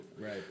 right